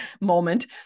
moment